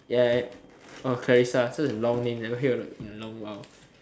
ya ya oh Clarissa such a long name never hear of in a long while